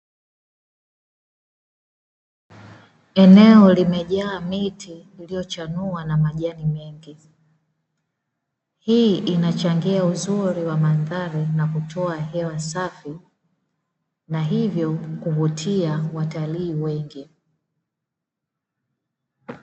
Eneo limejaa miti iliyochanua na majani mengi. Hii inachangia uzuri wa mandhari na kutoa hewa safi na hivyo kuvutia watalii wengi.